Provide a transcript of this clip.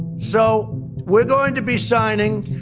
so we're going to be signing